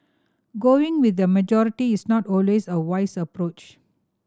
going with the majority is not always a wise approach